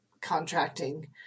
contracting